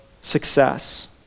success